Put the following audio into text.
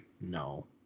No